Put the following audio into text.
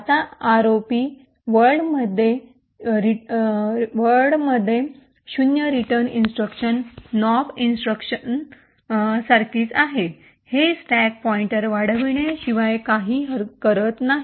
आता आरओपी वर्ल्डमध्ये return instruction nop instruction सारखीच आहे हे स्टॅक पॉईंटर वाढविण्याशिवाय काही करत नाही